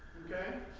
okay?